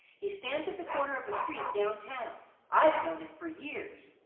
he stands at the corner of a street down-town. i've known him for years.